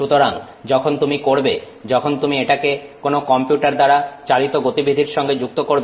সুতরাং যখন তুমি করবে যখন তুমি এটাকে কোন কম্পিউটার দ্বারা চালিত গতিবিধির সঙ্গে যুক্ত করবে